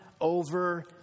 over